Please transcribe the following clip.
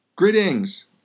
Greetings